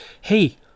hey